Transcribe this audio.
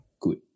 good